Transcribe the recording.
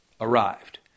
arrived